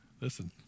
listen